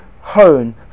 hone